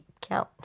count